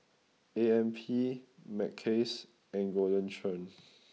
A M P Mackays and Golden Churn